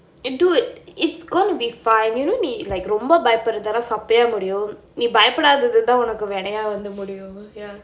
eh dude it's gonna be fine you know ரொம்ப பயப்படுறது எல்லா சப்பையா முடியும் நீ பயபடாதது தான் உனக்கு வினையா வந்து முடியும்:romba bayappadurathu ellaa sappaiyaa mudiyum nee bayapadaathathu thaan unakku vinayaa vanthu mudiyum ya